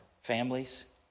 Families